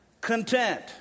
Content